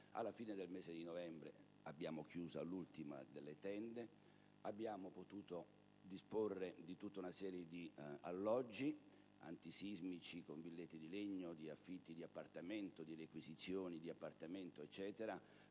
alla fine di novembre abbiamo chiuso l'ultima delle tende e abbiamo potuto disporre di tutta una serie di alloggi antisismici (con villette di legno, con affitti e requisizioni di appartamenti), che